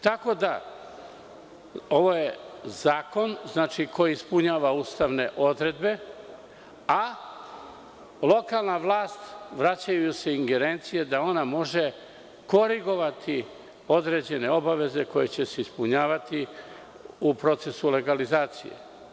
Tako da, ovo je zakon koji ispunjava ustavne odredbe, a lokalnoj vlasti se vraćaju ingerencije da ona može korigovati određene obaveze koje će se ispunjavati u procesu legalizacije.